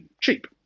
cheap